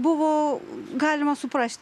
buvo galima suprasti